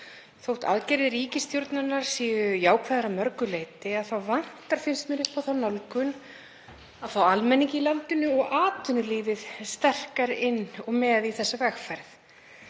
Þótt aðgerðir ríkisstjórnarinnar séu jákvæðar að mörgu leyti þá finnst mér vanta upp á þá nálgun að fá almenning í landinu og atvinnulífið sterkar inn og með í þessa vegferð.